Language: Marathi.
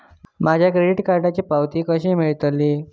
माझ्या क्रेडीट कार्डची पावती कशी मिळतली?